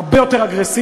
הרבה יותר אגרסיבי.